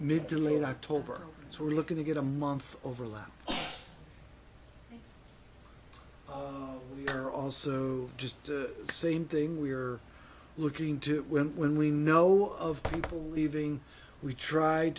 mid to late october so we're looking to get a month overlap there also just the same thing we are looking to it went when we know of people leaving we tried